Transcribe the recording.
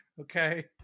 okay